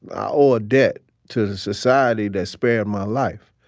i owe a debt to the society that spared my life.